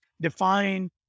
define